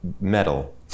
Metal